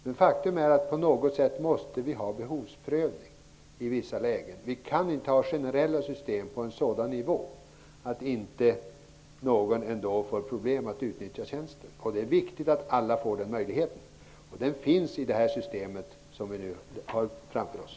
Men faktum är att vi på något sätt måste ha behovsprövning i vissa lägen. Vi kan inte ha generella system på en sådan nivå att inte någon får problem att utnyttja tjänsten. Det är viktigt att alla får den möjligheten, och den finns i det system vi nu har framför oss.